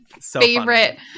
favorite